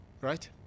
Right